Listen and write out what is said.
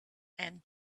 and